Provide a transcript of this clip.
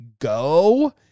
Go